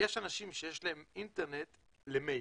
יש אנשים שיש להם אינטרנט למייל,